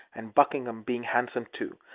and buckingham being handsome too,